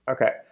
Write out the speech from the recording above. Okay